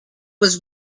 was